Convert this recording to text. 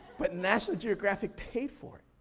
but national geographic paid for it.